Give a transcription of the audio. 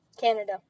Canada